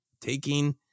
taking